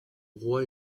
roi